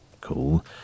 Cool